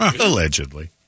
Allegedly